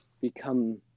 Become